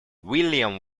william